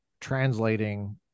translating